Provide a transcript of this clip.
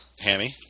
Hammy